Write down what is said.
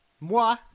Moi